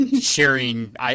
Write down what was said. sharing